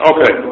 Okay